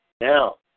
Now